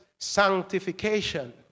sanctification